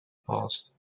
past